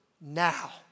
now